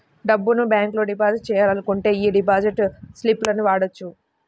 డబ్బును బ్యేంకులో డిపాజిట్ చెయ్యాలనుకుంటే యీ డిపాజిట్ స్లిపులను వాడొచ్చు